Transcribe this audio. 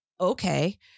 Okay